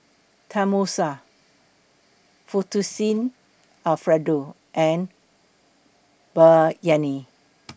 Tenmusu Fettuccine Alfredo and Biryani